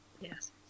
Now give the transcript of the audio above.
Yes